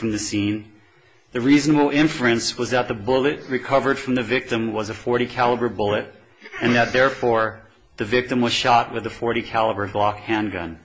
from the scene the reasonable inference was that the bullet recovered from the victim was a forty caliber bullet and that therefore the victim was shot with a forty caliber glock handgun